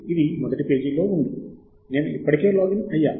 ఇది మొదటి పేజీలో ఉంది నేను ఇప్పటికే లాగిన్ అయ్యాను